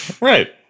right